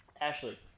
Ashley